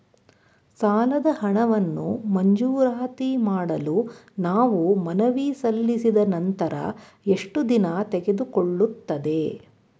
ಸಾಲದ ಹಣವನ್ನು ಮಂಜೂರಾತಿ ಮಾಡಲು ನಾವು ಮನವಿ ಸಲ್ಲಿಸಿದ ನಂತರ ಎಷ್ಟು ದಿನ ತೆಗೆದುಕೊಳ್ಳುತ್ತದೆ?